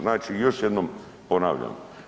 Znači, još jednom ponavljam.